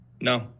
No